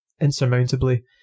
insurmountably